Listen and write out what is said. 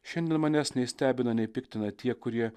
šiandien manęs nei stebina nei piktina tie kurie